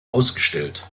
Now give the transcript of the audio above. ausgestellt